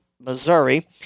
Missouri